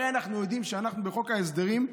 הרי אנחנו יודעים שאנחנו, בחוק ההסדרים,